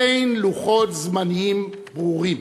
אין לוחות זמנים ברורים.